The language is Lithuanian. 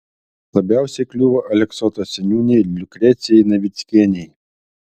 labiausiai kliuvo aleksoto seniūnei liukrecijai navickienei